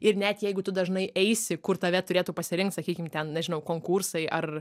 ir net jeigu tu dažnai eisi kur tave turėtų pasirinkt sakykim ten nežinau konkursai ar